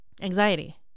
anxiety